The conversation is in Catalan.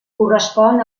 correspon